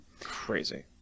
Crazy